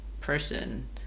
person